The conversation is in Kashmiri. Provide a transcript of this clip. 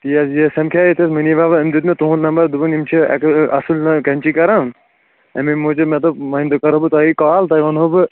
تی حظ یہِ سمکھیو ییٚتٮ۪تھ مٔنی بابا أمۍ دیُت مےٚ تُہُنٛد نمبر دوٚپُن یِم چھِ اَصٕل نا کٮ۪نچی کران اَمے موٗجوٗب مےٚ دوٚپ وۄنۍ بہٕ کَرو بہٕ تۄہہِ کال تۄہہِ وَنہو بہٕ